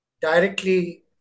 directly